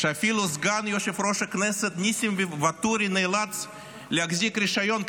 שאפילו סגן יושב-ראש הכנסת ניסים ואטורי נאלץ להחזיק רישיון קבלן,